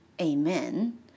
amen